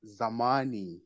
Zamani